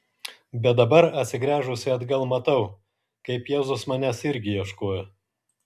bet dabar atsigręžusi atgal matau kaip jėzus manęs irgi ieškojo